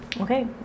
Okay